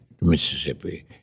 Mississippi